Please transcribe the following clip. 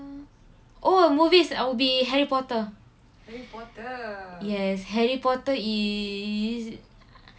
oh movies would be harry potter yes harry potter is